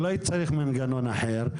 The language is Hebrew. אולי צריך מנגנון אחר?